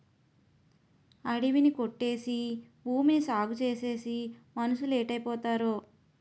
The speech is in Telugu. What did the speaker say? అడివి ని కొట్టేసి భూమిని సాగుచేసేసి మనుసులేటైపోతారో